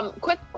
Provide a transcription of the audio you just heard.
Quick